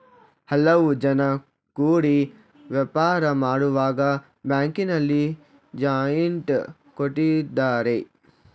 ಹಲವು ಜನ ಕೂಡಿ ವ್ಯಾಪಾರ ಮಾಡುವಾಗ ಬ್ಯಾಂಕಿನಲ್ಲಿ ಜಾಯಿಂಟ್ ಕೊಟ್ಟಿದ್ದಾರೆ